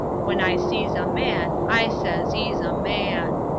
when i sees a man, i sez e's a man.